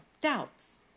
doubts